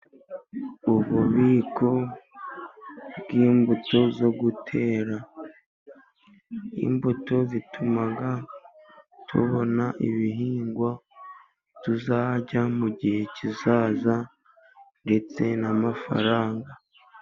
ububiko bw'imbuto zo gutera, imbuto zituma tubona ibihingwa tuzarya mu gihe kizaza, ndetse n'amafaranga.